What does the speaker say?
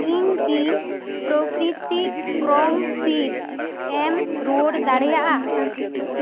ᱤᱧ ᱠᱤ ᱯᱨᱚᱠᱨᱤᱛᱤᱠ ᱠᱨᱚᱢ ᱥᱤᱰᱥ ᱮᱢ ᱨᱩᱣᱟᱹᱲ ᱫᱟᱲᱮᱭᱟᱜᱼᱟ